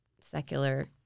secular